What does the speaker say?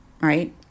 right